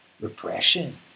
Repression